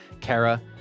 Kara